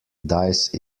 dice